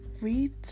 read